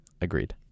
Agreed